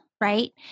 right